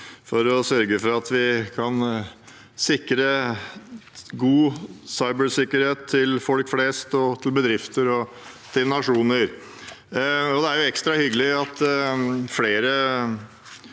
for å sørge for at vi kan sikre god cybersikkerhet til folk flest, bedrifter og nasjoner. Det er ekstra hyggelig at flere